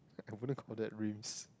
I wouldn't call that rims